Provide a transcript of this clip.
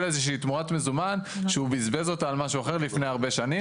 תמורת מזומן שהוא בזבז אותה על משהו אחר לפני הרבה שנים.